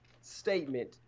statement